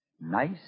Nice